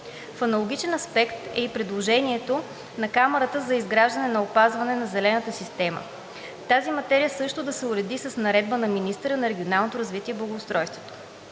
В аналогичен аспект е и предложението на Камарата за изграждане и опазване на зелената система – тази материя също да се уреди с наредба на министъра на регионалното развитие и благоустройството.